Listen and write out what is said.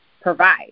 provide